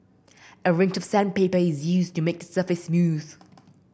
a range of sandpaper is used to make the surface smooth